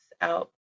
out